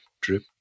drip